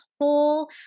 whole